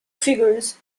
figures